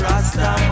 Rasta